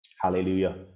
Hallelujah